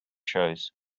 shows